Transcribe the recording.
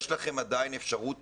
יש לכם עדיין אפשרות